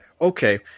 okay